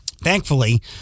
Thankfully